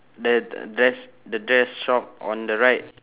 the dress the dress shop on the right